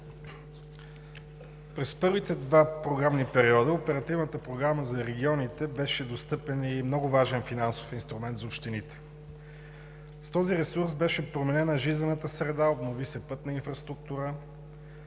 През първите два програмни периода Оперативната програма за регионите беше достъпен и много важен финансов инструмент за общините. С този ресурс беше променена жизнената среда, обнови се пътната инфраструктура,